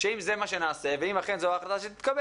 שאם זה מה שנעשה ואם אכן זו ההחלטה שתתקבל,